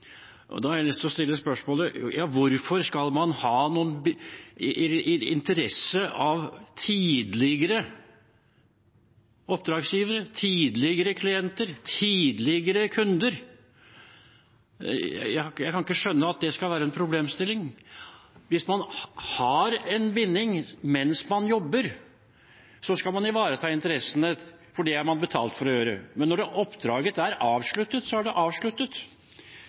oppdragsgivere, tidligere klienter, tidligere kunder? Jeg kan ikke skjønne at det skal være en problemstilling. Hvis man har en binding mens man jobber, skal man ivareta interessene, for det er man betalt for å gjøre. Men når oppdraget er avsluttet, er det avsluttet.